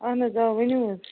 اہن حظ آ ؤنِو حظ